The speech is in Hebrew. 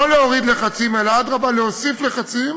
לא להוריד לחצים, אלא אדרבה, להוסיף לחצים,